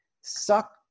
suck